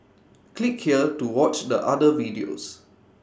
click here to watch the other videos